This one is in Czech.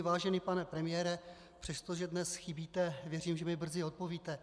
Vážený pane premiére, přestože dnes chybíte, věřím, že mi brzy odpovíte.